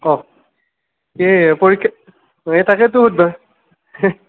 ক' কি পৰীক্ষা এই তাকেতো শুধবা